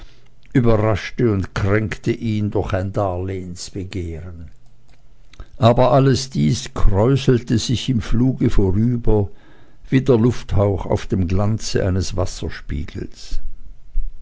überraschte und kränkte ihn durch ein darlehnsbegehren aber alles dies kräuselte sich im fluge vorüber wie der lufthauch auf dem glanze eines wasserspiegels